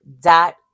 dot